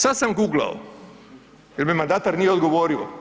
Sad sam guglao jer mi mandatar nije odgovorio.